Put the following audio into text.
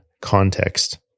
context